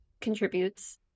contributes